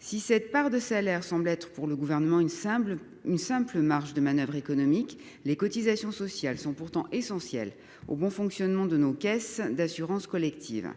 Cette part de salaire semble n'être pour le Gouvernement qu'une simple marge de manoeuvre économique. Or les cotisations sociales sont essentielles au bon fonctionnement de nos caisses d'assurance collective